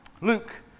Luke